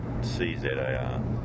C-Z-A-R